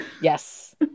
Yes